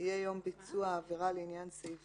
יהיה יום ביצוע העבירה לעניין סעיף